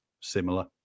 Similar